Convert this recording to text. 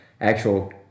actual